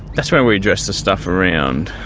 that's where we address the stuff around,